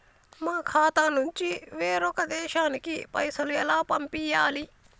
మా ఖాతా నుంచి వేరొక దేశానికి పైసలు ఎలా పంపియ్యాలి?